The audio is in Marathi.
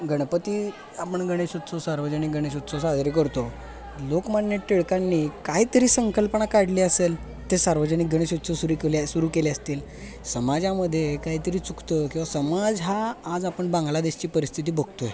गणपती आपण गणेश उत्सव सार्वजनिक गणेश उत्सव साजरे करतो लोकमान्य टिळकांनी काहीतरी संकल्पना काढली असेल ते सार्वजनिक गणेश उत्सव सुरू केले सुरू केले असतील समाजामध्ये काहीतरी चुकतं किंवा समाज हा आज आपण बांगलादेशची परिस्थिती बघतो आहे